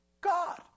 God